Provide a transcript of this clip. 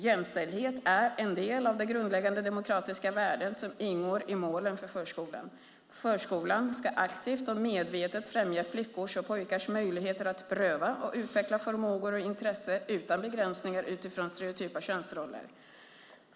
Jämställdhet är en del av de grundläggande demokratiska värden som ingår i målen för förskolan. Förskolan ska aktivt och medvetet främja flickors och pojkars möjligheter att pröva och utveckla förmågor och intresse utan begränsningar utifrån stereotypa könsroller.